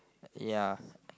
ya